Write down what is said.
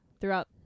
throughout